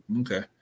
Okay